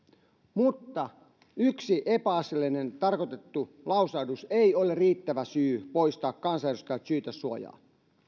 mutta yksi epäasiallinen tarkoitettu lausahdus ei ole riittävä syy poistaa kansanedustajalta syytesuojaa